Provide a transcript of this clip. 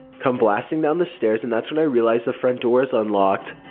come blasting down the stairs and that's when i realize the front door is unlocked.